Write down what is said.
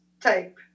type